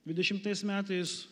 dvidešimtais metais